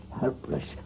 Helpless